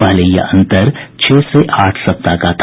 पहले यह अंतर छह से आठ सप्ताह का था